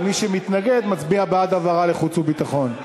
ומי שמתנגד מצביע בעד העברה לחוץ וביטחון.